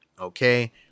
Okay